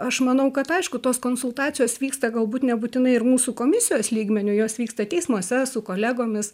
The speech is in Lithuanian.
aš manau kad aišku tos konsultacijos vyksta galbūt nebūtinai ir mūsų komisijos lygmeniu jos vyksta teismuose su kolegomis